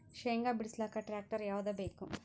ಶೇಂಗಾ ಬಿಡಸಲಕ್ಕ ಟ್ಟ್ರ್ಯಾಕ್ಟರ್ ಯಾವದ ಬೇಕು?